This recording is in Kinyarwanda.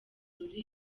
ruri